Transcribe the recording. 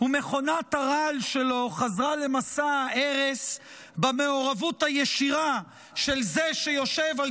ומכונת הרעל שלו חזרה למסע ההרס במעורבות הישירה של זה שיושב על